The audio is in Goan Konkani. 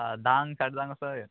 आं धांक चार जाण कसो येता